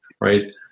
right